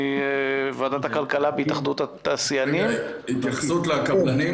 לגבי הקבלנים